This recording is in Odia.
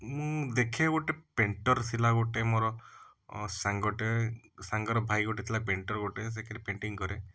ମୁଁ ଦେଖେ ଗୋଟେ ପେଣ୍ଟର ଥିଲା ଗୋଟେ ମୋର ସାଙ୍ଗ ଟେ ସାଙ୍ଗ ର ଭାଇ ଗୋଟେ ଥିଲା ପେଣ୍ଟର ଗୋଟେ ସେ ଖାଲି ପେଣ୍ଟିଙ୍ଗ କରେ